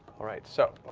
all right, so.